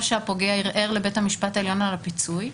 שבו הפוגע ערער לבית המשפט העליון על הפיצוי,